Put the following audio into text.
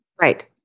Right